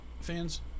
fans